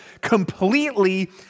completely